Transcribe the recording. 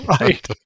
Right